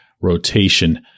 rotation